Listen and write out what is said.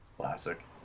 classic